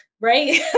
right